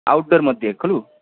out door मध्ये खलु